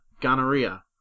gonorrhea